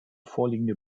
vorliegende